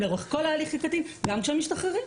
לאורך כל ההליך המשפטי גם כשהם משתחררים.